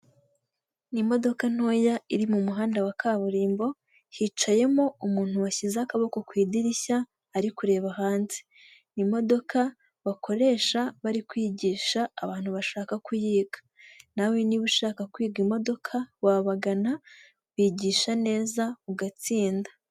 N'imodoka ntoya iri m'umuhanda wa kaburimbo hicayemo umuntu washyize akaboko ku idirishya ari kureba hanze, n'imodoka bakoresha bari kwigisha abantu bashaka kuyiga, nawe niba ushaka kwiga imodoka wabagana bigisha neza ugatsinda.